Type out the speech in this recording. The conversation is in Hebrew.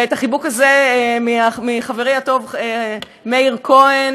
ואת החיבוק הזה מחברי הטוב מאיר כהן